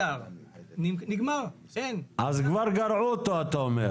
-- אז כבר גרעו אותו, אתה אומר.